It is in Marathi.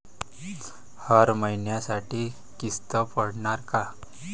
हर महिन्यासाठी किस्त पडनार का?